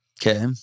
Okay